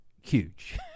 huge